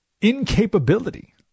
incapability